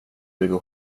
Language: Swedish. begå